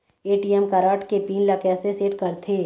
ATM card के PIN ला कैसे सेट करथे?